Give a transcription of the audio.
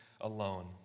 alone